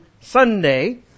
Sunday